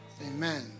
amen